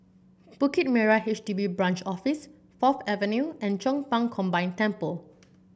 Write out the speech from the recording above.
Bukit Merah H D B Branch Office Fourth Avenue and Chong Pang Combine Temple